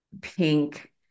pink